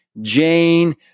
Jane